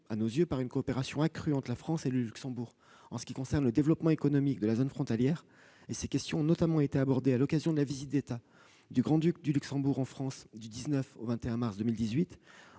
à nos yeux, par une coopération accrue entre la France et le Luxembourg en ce qui concerne le développement économique de la zone frontalière. Ces questions ont notamment été abordées à l'occasion de la visite d'État du Grand-Duc du Luxembourg en France, du 19 au 21 mars 2018,